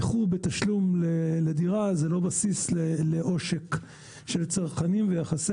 איחור בתשלום לדירה זה לא בסיס לעושק של צרכנים ויחסי